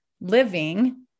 living